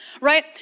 right